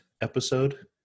episode